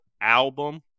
album